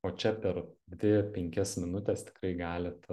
o čia per dvi penkias minutes tikrai galit